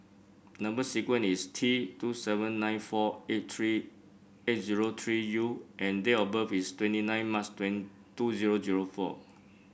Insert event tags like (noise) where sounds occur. number sequence is T two seven nine four eight three eight zero three U and date of birth is twenty nine March (unintelligible) two zero zero four